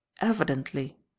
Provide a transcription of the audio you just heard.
Evidently